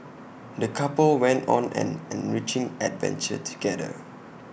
the couple went on an enriching adventure together